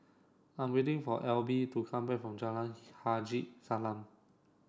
I'm waiting for Elby to come back from Jalan Haji Salam